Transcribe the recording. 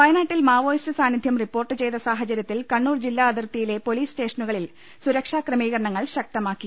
വയനാട്ടിൽ മാവോയിസ്റ്റ് സാന്നിധൃം റിപ്പോർട്ട് ചെയ്ത സാഹചര്യത്തിൽ കണ്ണൂർ ജില്ലാ അതിർത്തിയിലെ പോലീസ് സ്റ്റേഷനുകളിൽ സുരക്ഷാ ക്രമീകരണങ്ങൾ ശക്തമാക്കി